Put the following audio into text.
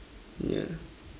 yeah